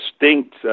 distinct